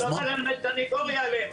אני לא מלמד סנגוריה עליהם,